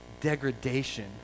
degradation